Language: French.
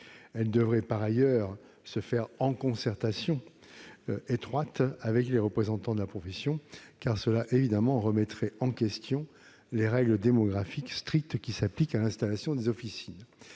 Elle devrait par ailleurs se faire en concertation étroite avec les représentants de la profession, car elle remettrait en question les strictes règles démographiques qui s'appliquent pour l'installation des officines.